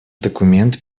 документ